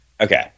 Okay